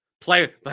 play